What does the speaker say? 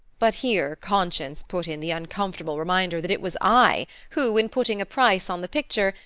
but here conscience put in the uncomfortable reminder that it was i who, in putting a price on the picture,